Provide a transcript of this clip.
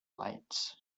lights